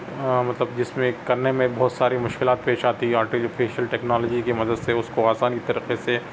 مطلب جس میں کرنے میں بہت ساری مشکلات پیش آتی آرٹیفیشیل ٹیکنالوجی کی مدد سے اس کو آسان طریقے سے